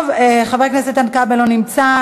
טוב, חבר הכנסת איתן כבל לא נמצא.